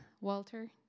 Walter